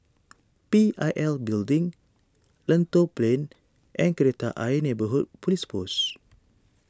P I L Building Lentor Plain and Kreta Ayer Neighbourhood Police Post